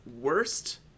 worst